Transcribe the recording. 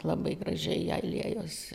labai gražiai jai liejosi